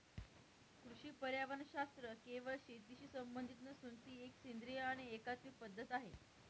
कृषी पर्यावरणशास्त्र केवळ शेतीशी संबंधित नसून ती एक सेंद्रिय आणि एकात्मिक पद्धत आहे